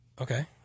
Okay